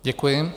Děkuji.